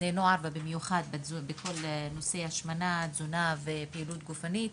בני נוער ובמיוחד בכל נושא ההשמנה והפעילות הגופנית.